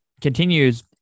continues